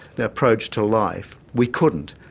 the approach to life, we couldn't.